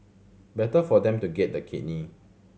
better for them to get the kidney